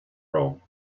rome